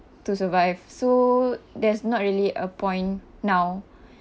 to survive so that's not really a point now